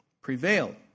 Prevail